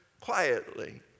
quietly